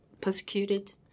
persecuted